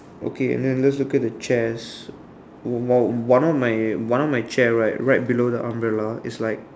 okay let's look at the chairs one one one of my one of my chair right right below the umbrella is like